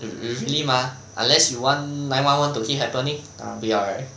real~ really mah unless you want nine one one to keep happening 当然不要 right